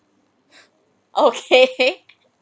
okay